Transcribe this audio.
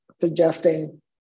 suggesting